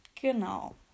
Genau